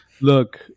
Look